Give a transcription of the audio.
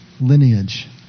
lineage